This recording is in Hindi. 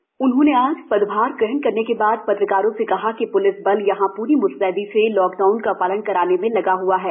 श्री मिश्र ने आज पदभार ग्रहण करने के बाद पत्रकारों से कहा कि प्लिस बल यहाँ पूरी मुस्तेदी से लॉक डाउन का पालन करने में लगा हआ है